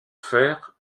faire